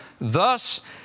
Thus